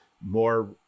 more